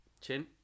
Chin